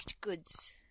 goods